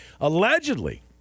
allegedly